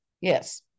yes